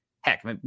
heck